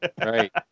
Right